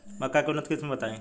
मक्का के उन्नत किस्म बताई?